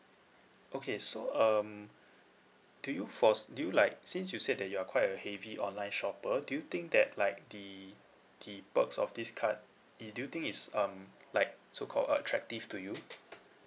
okay so um do you force do you like since you said that you are quite a heavy online shopper do you think that like the the perks of this card it do you think it's um like so called attractive to you